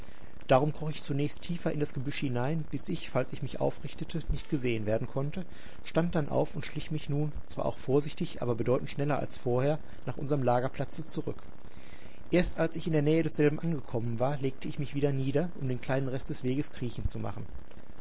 darum kroch ich zunächst tiefer in das gebüsch hinein bis ich falls ich mich aufrichtete nicht gesehen werden konnte stand dann auf und schlich mich nun zwar auch vorsichtig aber bedeutend schneller als vorher nach unserm lagerplatze zurück erst als ich in der nähe desselben angekommen war legte ich mich wieder nieder um den kleinen rest des weges kriechend zu machen